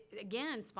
again